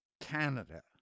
Canada